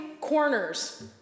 corners